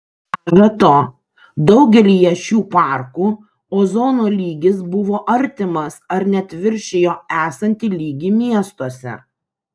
maža to daugelyje šių parkų ozono lygis buvo artimas ar net viršijo esantį lygį miestuose